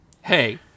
Hey